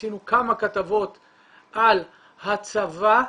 על הצבא,